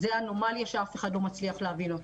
זו אנומליה שאף אחד לא מצליח להבין אותה.